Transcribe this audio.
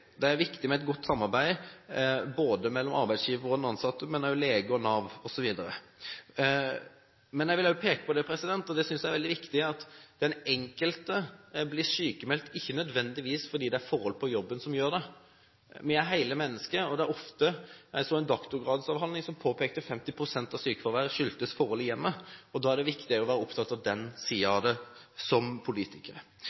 Det er viktig med et godt samarbeid ikke bare mellom arbeidsgiver og den ansatte, men også mellom lege og Nav osv. Jeg vil peke på – og det synes jeg er veldig viktig – at når den enkelte blir sykmeldt, er det ikke nødvendigvis forhold på jobben som gjør det. Vi er hele mennesker, og det er ofte at sykefraværet – jeg så en doktorgradsavhandling som påpekte at 50 pst. av sykefraværet skyldtes forhold i hjemmet. Da er det viktigere som politikere å være opptatt av den